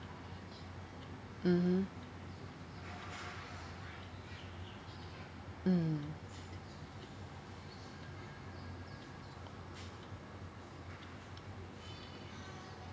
mmhmm mm